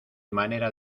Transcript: manera